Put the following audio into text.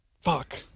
fuck